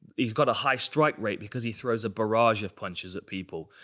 he's got a high strike rate because he throws a barrage of punches at people.